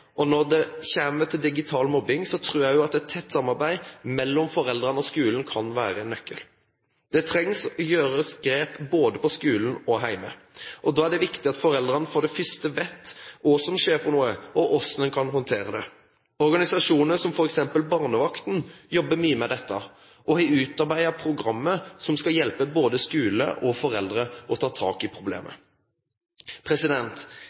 mellom foreldrene og skolen kan være nøkkelen. Det trengs å gjøre grep både på skolen og hjemme. Da er det viktig at foreldrene for det første vet hva som skjer, og, for det andre, hvordan man kan håndtere det. Organisasjoner som f.eks. Barnevakten jobber mye med dette og har utarbeidet programmer som skal hjelpe både skole og foreldre til å ta tak i